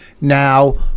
Now